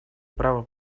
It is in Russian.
право